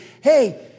hey